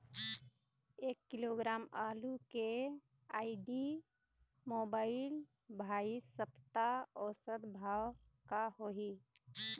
एक किलोग्राम आलू के आईडी, मोबाइल, भाई सप्ता औसत भाव का होही?